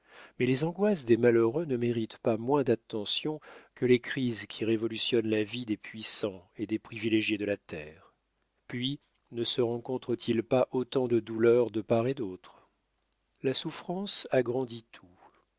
mais les angoisses des malheureux ne méritent pas moins d'attention que les crises qui révolutionnent la vie des puissants et des privilégiés de la terre puis ne se rencontre-t-il pas autant de douleur de part et d'autre la souffrance agrandit tout